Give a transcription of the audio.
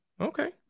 Okay